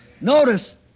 Notice